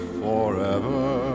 forever